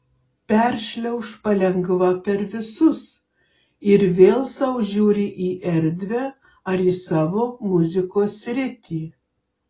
peršliauš palengva per visus ir vėl sau žiūri į erdvę ar į savo muzikos sritį